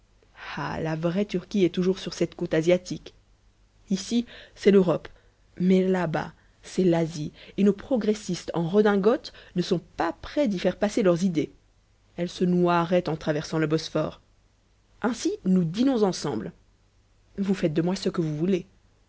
ah la vraie turquie est toujours sur cette côte asiatique ici c'est l'europe mais là-bas c'est l'asie et nos progressistes en redingote ne sont pas près d'y faire passer leurs idées elles se noieraient en traversant le bosphore ainsi nous dînons ensemble vous faites de moi ce que vous voulez